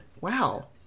wow